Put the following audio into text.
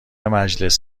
مجلس